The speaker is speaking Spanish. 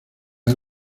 han